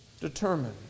determined